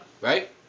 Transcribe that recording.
right